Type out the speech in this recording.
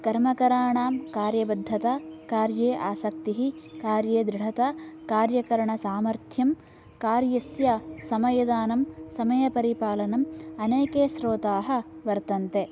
कर्मकराणां कार्यबद्धता कार्ये आसक्तिः कार्ये दृढता कार्यकर्णसामर्थ्यं कार्यस्य समयदानं समयपरिपालनम् अनेके श्रोताः वर्तन्ते